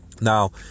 Now